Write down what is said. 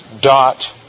dot